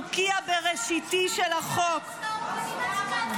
אני לא יכולה.